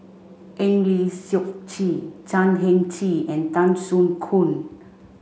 Eng Lee Seok Chee Chan Heng Chee and Tan Soo Khoon